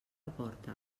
porta